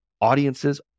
audiences